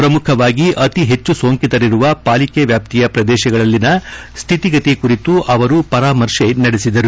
ಪ್ರಮುಖವಾಗಿ ಅತಿ ಹೆಚ್ಚು ಸೋಂಕಿತರಿರುವ ಪಾಲಿಕೆ ವಾಸ್ತಿಯ ಪ್ರದೇಶಗಳಲ್ಲಿನ ಸ್ಹಿತಿಗತಿ ಕುರಿತು ಅವರು ಪರಾಮರ್ಶೆ ನಡೆಸಿದರು